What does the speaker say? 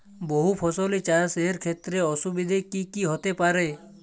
বহু ফসলী চাষ এর ক্ষেত্রে অসুবিধে কী কী হতে পারে?